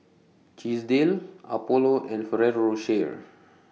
Chesdale Apollo and Ferrero Rocher